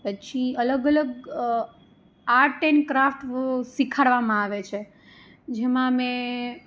પછી અલગ અલગ આર્ટ એન્ડ ક્રાફ્ટ શિખાડવામાં આવે છે જેમાં મેં